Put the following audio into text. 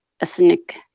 ethnic